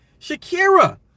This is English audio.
Shakira